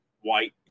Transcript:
white